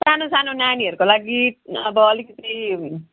सानो सानो नानीहरूको लागि अब अलिकति